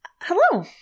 Hello